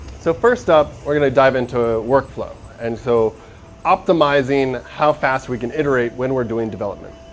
so first up, we're going to dive into workflow, and so optimizing how fast we can iterate when we're doing development.